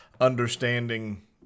understanding